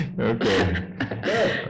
Okay